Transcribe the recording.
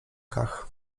kach